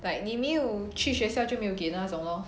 like 你没有去学校就没有给的那种 lor